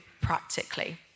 practically